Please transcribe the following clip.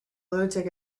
lunatic